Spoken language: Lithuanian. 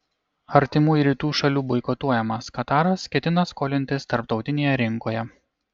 artimųjų rytų šalių boikotuojamas kataras ketina skolintis tarptautinėje rinkoje